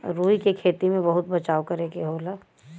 रुई क खेती में बहुत बचाव करे के होला